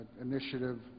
initiative